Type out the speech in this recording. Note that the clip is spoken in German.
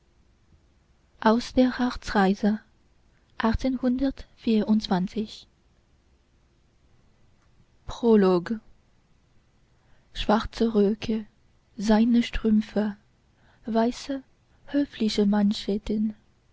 aus der harzreise prolog schwarze röcke seidne strümpfe weiße höfliche